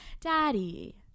Daddy